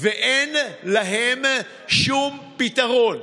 ואין להם שום פתרון.